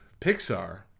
Pixar